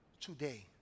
today